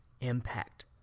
impact